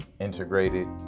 integrated